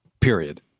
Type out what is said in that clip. Period